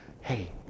hey